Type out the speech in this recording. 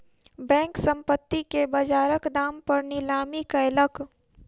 bank, संपत्ति के बजारक दाम पर नीलामी कयलक